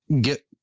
get